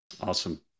Awesome